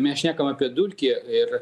mes šnekam apie dulkį ir